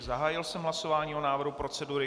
Zahájil jsem hlasování o návrhu procedury.